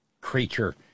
creature